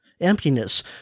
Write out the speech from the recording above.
Emptiness